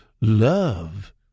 love